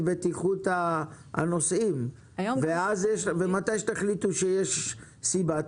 בטיחות הנוסעים ומתי שתחליטו שיש סיבה,